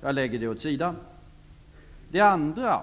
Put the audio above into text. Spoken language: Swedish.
Jag lägger Partiledardebatt regeringsförklaringen det åt sidan. Den andra